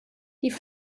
die